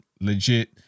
legit